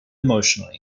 emotionally